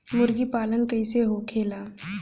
मुर्गी पालन कैसे होखेला?